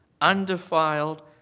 undefiled